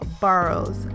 boroughs